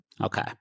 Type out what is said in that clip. Okay